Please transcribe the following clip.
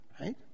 right